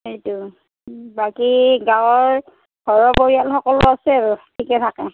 সেয়েতো বাকী গাঁৱৰ ঘৰৰ পৰিয়াল সকলো আছে আৰু ঠিকে ঠাকে